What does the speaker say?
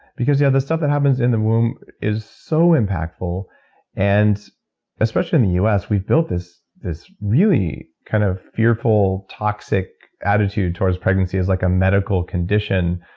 because yeah the stuff that happens in the womb is so impactful and especially in the us, we've built this really kind of fearful toxic attitude towards pregnancy, as like a medical condition.